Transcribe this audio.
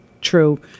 true